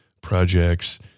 projects